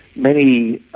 many